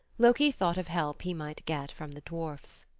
loki thought of help he might get from the dwarfs.